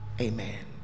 Amen